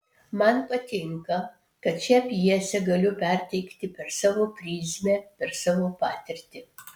man patinka kad šią pjesę galiu perteikti per savo prizmę per savo patirtį